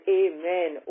amen